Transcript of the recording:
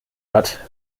hat